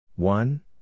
One